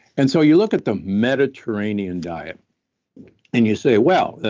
and so you look at the mediterranean diet and you say well,